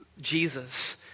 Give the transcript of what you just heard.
Jesus